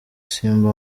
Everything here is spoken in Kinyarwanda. simba